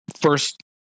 first